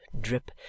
drip